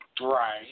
Right